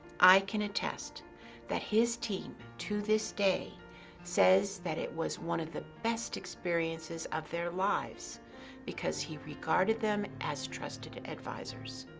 i can attest that his team to this day says that it was one of the best experiences of their lives because he regarded them as trusted advisors.